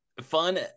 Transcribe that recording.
Fun